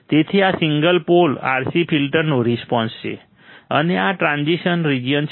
તેથી આ single pole RC ફિલ્ટરનો રિસ્પોન્સ છે અને આ ટ્રાન્ઝિશન રીજીયન છે